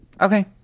Okay